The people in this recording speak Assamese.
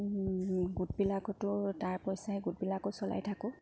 গোটবিলাকতো তাৰ পইচাই গোটবিলাকো চলাই থাকোঁ